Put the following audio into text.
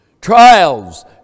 trials